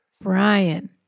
Brian